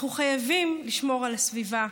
אנחנו חייבים לשמור על הסביבה,